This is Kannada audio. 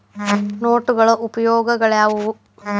ನೋಟುಗಳ ಉಪಯೋಗಾಳ್ಯಾವ್ಯಾವು?